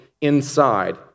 inside